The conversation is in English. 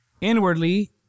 Inwardly